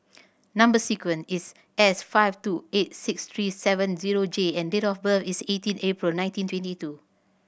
number sequence is S five two eight six three seven zero J and date of birth is eighteen April nineteen twenty two